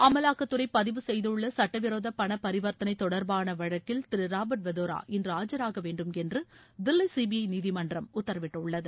அமலாக்கத்துறை பதிவு செய்துள்ள சுட்டவிரோத பண பரிவர்த்தளை தொடர்பான வழக்கில் திரு ராபர்ட் வதேரா இன்று ஆஜராக வேண்டும் என்று தில்லி சிபிஐ நீதிமன்றம் உத்தரவிட்டுள்ளது